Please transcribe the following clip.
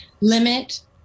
limit